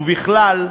ובכלל,